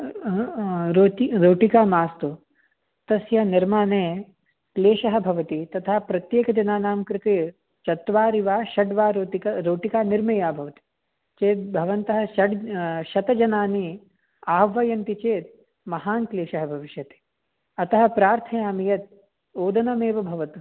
रोटि रोटिका मास्तु तस्य निर्माणे क्लेशः भवति तथा प्रत्येकजनानां कृते चत्वारि वा षड् वा रोटिका रोटिका निर्मीया भवति चेत् भवन्तः षड् शतजनानि आह्वयन्ति चेत् महान् क्लेशः भविष्यति अतः प्रार्थयामि यत् ओदनमेव भवतु